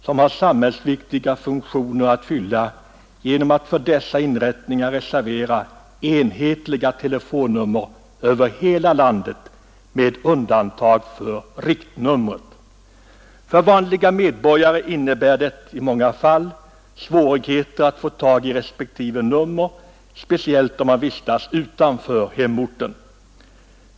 som har samhällsviktiga funktioner att fylla genom att för dessa inrättningar reservera enhetliga telefonnummer över hela landet med undantag för riktnummer. För vanliga medborgare innebär det i många fall svårigheter att få tag i respektive nummer speciellt om man vistas utanför hemorten.